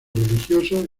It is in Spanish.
religioso